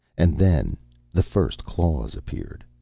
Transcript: and then the first claws appeared.